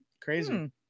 crazy